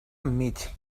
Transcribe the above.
enmig